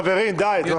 חברים, די.